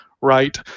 right